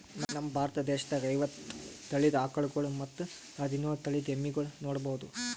ನಮ್ ಭಾರತ ದೇಶದಾಗ್ ಐವತ್ತ್ ತಳಿದ್ ಆಕಳ್ಗೊಳ್ ಮತ್ತ್ ಹದಿನೋಳ್ ತಳಿದ್ ಎಮ್ಮಿಗೊಳ್ ನೋಡಬಹುದ್